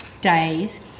days